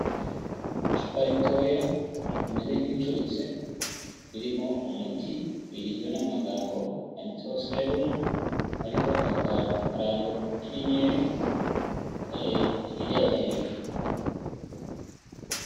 Icupa ritoya rimeze nk'iricuritse ririmo umuti rigizwe n'amagambo yanditseho serumu, hariho akarangwa k'inyenyeri ireba hejuru.